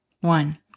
one